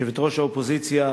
יושבת-ראש האופוזיציה